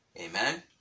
Amen